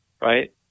right